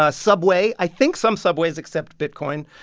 ah subway i think some subways accept bitcoin.